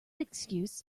excuse